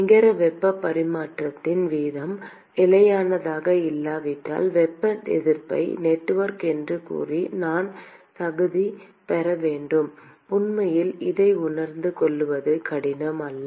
நிகர வெப்பப் பரிமாற்ற வீதம் நிலையானதாக இல்லாவிட்டால் வெப்ப எதிர்ப்பு நெட்வொர்க் என்று கூறி நான் தகுதி பெற வேண்டும் உண்மையில் இதை உணர்ந்து கொள்வது கடினம் அல்ல